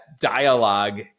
dialogue